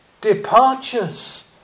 departures